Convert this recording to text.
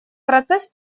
процесс